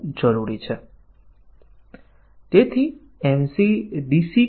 આપણે કઈ પ્રકારની વ્યૂહરચના આપી શકીએ